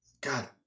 God